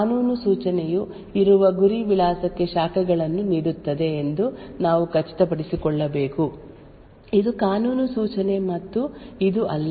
ಆದ್ದರಿಂದ ಪ್ರತಿಯೊಂದು ಶಾಖೆಯ ಸೂಚನೆಯು ಆ ನಿರ್ದಿಷ್ಟ ವಿಭಾಗದೊಳಗಿನ ಕೆಲವು ಗುರಿ ವಿಳಾಸಕ್ಕೆ ಶಾಖೆಯನ್ನು ಮಾತ್ರವಲ್ಲದೆ ಕಾನೂನು ಸೂಚನೆಯು ಇರುವ ಗುರಿ ವಿಳಾಸಕ್ಕೆ ಶಾಖೆಗಳನ್ನು ನೀಡುತ್ತದೆ ಎಂದು ನಾವು ಖಚಿತಪಡಿಸಿಕೊಳ್ಳಬೇಕು ಇದು ಕಾನೂನು ಸೂಚನೆ ಮತ್ತು ಇದು ಅಲ್ಲ